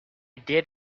did